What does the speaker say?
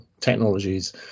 technologies